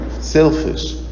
selfish